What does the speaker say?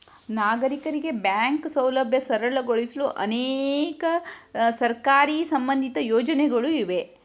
ನಾಗರೀಕರಿಗೆ ಬ್ಯಾಂಕ್ ಸೌಲಭ್ಯ ಸರಳಗೊಳಿಸಲು ಅನೇಕ ಸರ್ಕಾರಿ ಸಂಬಂಧಿತ ಯೋಜನೆಗಳು ಇವೆ